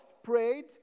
prayed